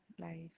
life